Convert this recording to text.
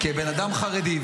למה שאני כבן אדם חרדי,